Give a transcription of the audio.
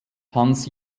hans